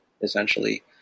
Essentially